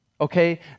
Okay